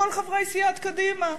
כל חברי סיעת קדימה.